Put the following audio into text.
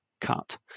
cut